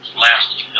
last